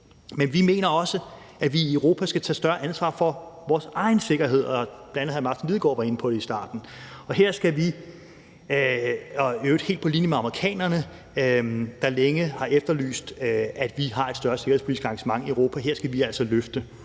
Men vi mener også, at vi i Europa skal tage større ansvar for vores egen sikkerhed – det var bl.a. hr. Martin Lidegaard inde på i starten – i øvrigt helt på linje med amerikanerne, som længe har efterlyst, at vi har et større sikkerhedspolitisk engagement i Europa. Her skal vi altså løfte,